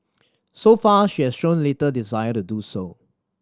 so far she has shown little desire to do so